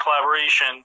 collaboration